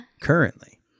Currently